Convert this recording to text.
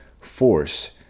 force